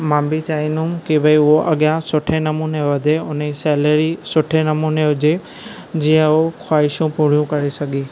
मां बि चाईंदुमि की भइ उओ अॻियां सुठे नमूने वधे उन ई सैलरी सुठे नमूने हुजे जीअं हू ख्वाहिशूं पूरियूं करे सघे